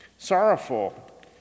sorrowful